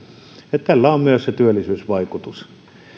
tällä on myös työllisyysvaikutus